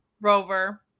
Rover